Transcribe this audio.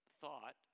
thought